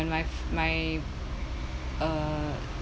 when my my uh